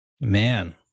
Man